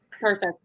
Perfect